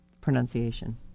pronunciation